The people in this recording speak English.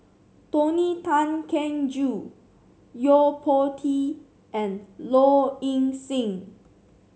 Tony Tan Keng Joo Yo Po Tee and Low Ing Sing